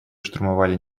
штурмовали